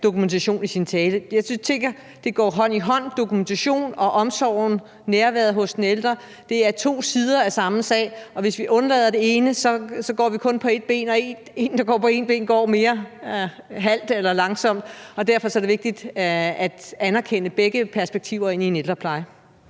dokumentation i sin tale. Jeg tænker, at dokumentation og omsorgen, nærværet hos den ældre, går hånd i hånd. Det er to sider af samme sag, og hvis vi undlader det ene, går vi kun på et ben, og en, der går på et ben, går mere halt eller langsomt. Derfor er det vigtigt at anerkende begge perspektiver ind i en ældrepleje.